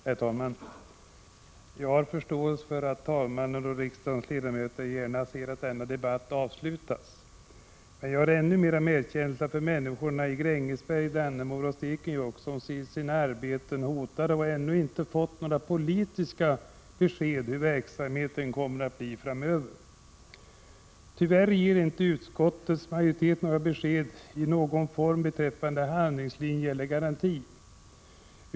Herr talman! Jag har förståelse för att talmannen och riksdagens ledamöter gärna ser att denna debatt avslutas. Men jag har ännu mer medkänsla för människorna i Grängesberg, Dannemora och Stekenjokk, som ser sina arbeten hotade och ännu inte har fått några politiska besked hur verksamheten kommer att bli framöver. Tyvärr ger inte utskottets majoritet några besked beträffande handlingslinje eller garanti.